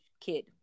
kid